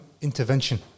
intervention